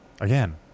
Again